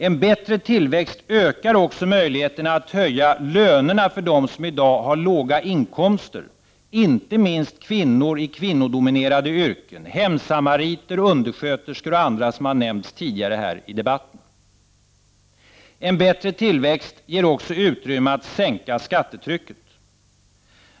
En bättre tillväxt ökar också möjligheterna att höja lönerna för dem som i dag har låga inkomster, inte minst kvinnor i kvinnodominerade yrken — hemsamariter, undersköterskor och andra som nämnts tidigare i debatten. En bättre tillväxt ger också utrymme för att sänka skattetrycket.